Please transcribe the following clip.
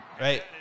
right